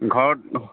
ঘৰত